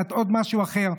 ולאט-לאט עוד משהו אחר.